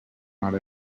hora